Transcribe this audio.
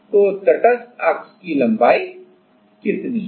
तो तटस्थ अक्ष की लंबाई कितनी है